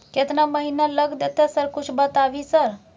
केतना महीना लग देतै सर समय कुछ बता भी सर?